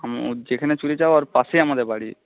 যেখানে চুরিটা ওর পাশেই আমাদের বাড়ি